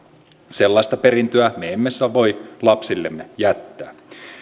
sellaista perintöä me emme voi lapsillemme jättää